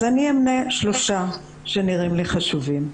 אז אני אמנה שלושה שנראים לי חשובים: